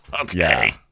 okay